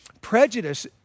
Prejudice